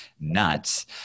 nuts